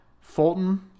Fulton